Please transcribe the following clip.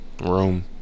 room